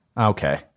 Okay